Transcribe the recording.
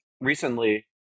recently